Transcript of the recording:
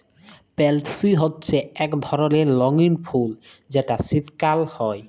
পেলসি হছে ইক ধরলের রঙ্গিল ফুল যেট শীতকাল হ্যয়